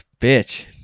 bitch